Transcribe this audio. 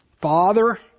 Father